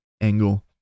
angle